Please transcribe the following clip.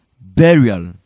burial